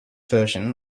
version